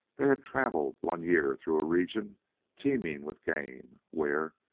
they had travelled one year through a region teeming with game, where,